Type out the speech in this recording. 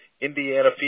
Indiana